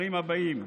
הבאים: